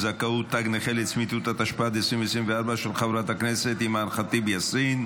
של חברי הכנסת יונתן מישרקי,